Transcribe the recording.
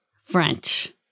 french